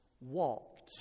walked